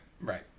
right